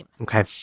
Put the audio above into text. Okay